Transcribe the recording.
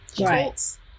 Right